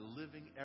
living